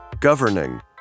Governing